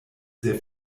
sehr